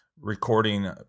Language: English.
recording